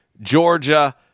Georgia